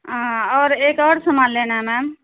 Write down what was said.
ہاں اور ایک اور سامان لینا ہے میم